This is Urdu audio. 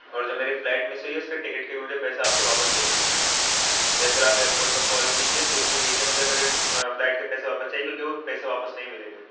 اور جو میری فلائٹ مس ہوئی ہے اس کے ٹکٹ کے بھی مجھے پیسے آپ سے واپس چاہئیں یا پھر آپ ایئرپوٹ پہ کال کیجیے کچھ بھی کیجیے مجھے میرے فلائٹ کے پیسے واپس چاہیے کیوںکہ وہ پیسے واپس نہیں ملیں گے